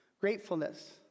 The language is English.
gratefulness